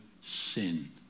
sin